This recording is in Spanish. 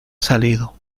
salido